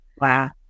Wow